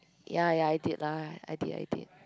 ya ya I did lah I did I did